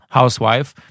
housewife